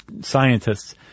scientists